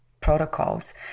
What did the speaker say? protocols